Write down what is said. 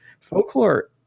folklore